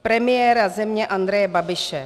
V premiéra země Andreje Babiše.